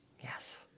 Yes